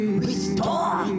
restore